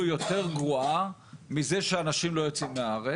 יותר גרועה מזה שאנשים לא יוצאים מהארץ.